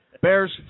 Bears